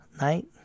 Night